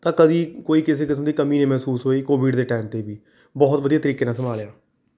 ਤਾਂ ਕਦੇ ਕੋਈ ਕਿਸੇ ਕਿਸਮ ਦੀ ਕਮੀ ਨਹੀਂ ਮਹਿਸੂਸ ਹੋਈ ਕੋਵਿਡ ਦੇ ਟਾਈਮ 'ਤੇ ਵੀ ਬਹੁਤ ਵਧੀਆ ਤਰੀਕੇ ਨਾਲ ਸੰਭਾਲਿਆ